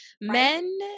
Men